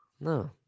no